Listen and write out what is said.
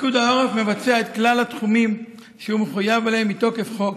פיקוד העורף מבצע את כלל התחומים אשר הוא מחויב להם מתוקף חוק,